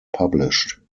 published